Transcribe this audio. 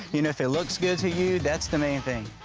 you know if it looks good to you, that's the main thing.